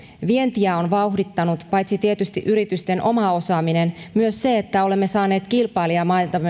vientiä on vauhdittanut paitsi tietysti yritysten oma osaaminen myös se että olemme saaneet kilpailijamaitamme